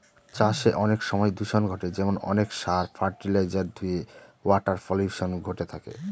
চাষে অনেক সময় দূষন ঘটে যেমন অনেক সার, ফার্টিলাইজার ধূয়ে ওয়াটার পলিউশন ঘটে থাকে